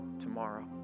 tomorrow